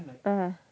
(uh huh)